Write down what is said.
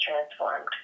transformed